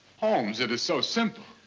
holmes, it is so simple.